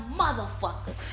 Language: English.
motherfucker